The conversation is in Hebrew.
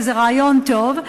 וזה רעיון טוב.